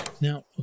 Now